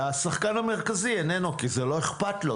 והשחקן המרכזי איננו כי זה לא איכפת לו.